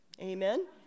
Amen